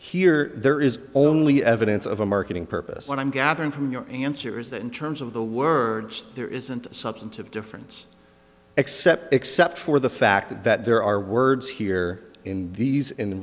e there is only evidence of a marketing purpose what i'm gathering from your answer is that in terms of the words there isn't a substantive difference except except for the fact that there are words here in these in the